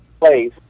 place